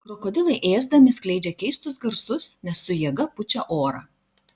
krokodilai ėsdami skleidžia keistus garsus nes su jėga pučia orą